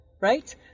Right